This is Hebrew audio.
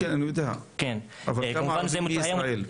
כן, אני יודע, אבל כמה ערבים מישראל?